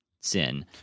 sin